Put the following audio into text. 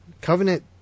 covenant